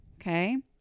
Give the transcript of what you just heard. Okay